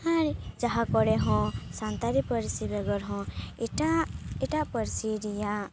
ᱟᱨ ᱡᱟᱦᱟᱸ ᱠᱚᱨᱮ ᱦᱚᱸ ᱥᱟᱱᱛᱟᱲᱤ ᱯᱟᱹᱨᱥᱤ ᱵᱮᱜᱚᱨ ᱦᱚᱸ ᱮᱴᱟᱜ ᱮᱴᱟᱜ ᱯᱟᱹᱨᱥᱤ ᱨᱮᱭᱟᱜ